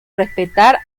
respetar